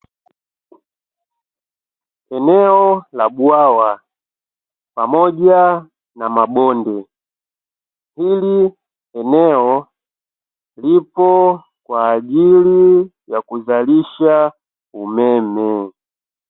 Eneo la bwawa pamoja na mabonde, hili eneo lipo kwa ajili ya kuzalisha umeme.